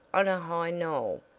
on a high knoll,